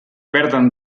perden